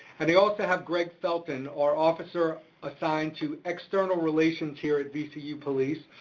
and i also have greg felton, our officer assigned to external relations here at vcu police,